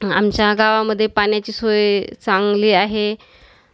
आमच्या गावामध्ये पाण्याची सोय चांगली आहे